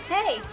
Hey